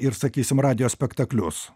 ir sakysim radijo spektaklius